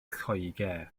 lloegr